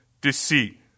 deceit